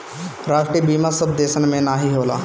राष्ट्रीय बीमा सब देसन मे नाही होला